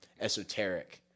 esoteric